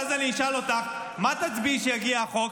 ואז אני אשאל אותך: מה תצביעי כשיבוא החוק?